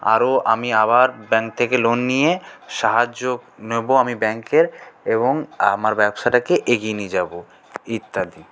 আরও আমি আবার ব্যাংক থেকে লোন নিয়ে সাহায্য নেব আমি ব্যাংকের এবং আমার ব্যবসাটাকে এগিয়ে নিয়ে যাব ইত্যাদি